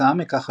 וכתוצאה מכך,